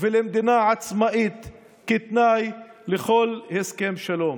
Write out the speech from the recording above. ולמדינה עצמאית כתנאי לכל הסכם שלום.